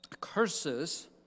curses